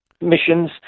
missions